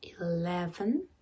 eleven